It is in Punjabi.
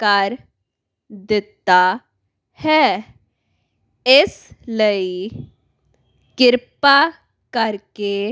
ਕਰ ਦਿੱਤਾ ਹੈ ਇਸ ਲਈ ਕ੍ਰਿਪਾ ਕਰਕੇ